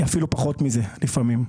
היא אפילו פחות מזה לפעמים.